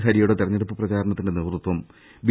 ഹരിയുടെ തെരഞ്ഞെടുപ്പ് പ്രചരണത്തിന്റെ നേതൃത്വം ബി